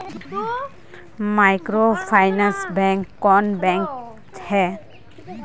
Microfinance bank कौन bank है?